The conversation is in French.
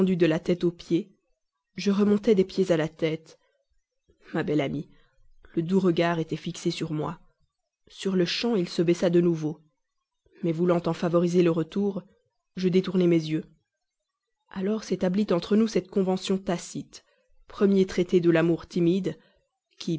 de la tête aux pieds je remontais des pieds à la tête ma belle amie le doux regard était fixé sur moi sur-le-champ il se baissa de nouveau mais voulant en favoriser le retour je détournai mes yeux alors s'établit entre nous cette convention tacite premier traité de l'amour